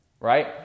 right